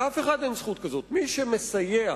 מי שמסייע